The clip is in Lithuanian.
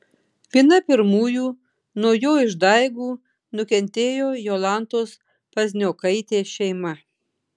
viena pirmųjų nuo jo išdaigų nukentėjo jolantos pazniokaitės šeima